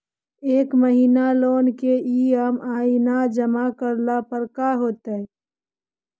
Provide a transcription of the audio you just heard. एक महिना लोन के ई.एम.आई न जमा करला पर का होतइ?